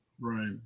right